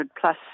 plus